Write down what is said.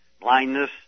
blindness